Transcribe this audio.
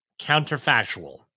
counterfactual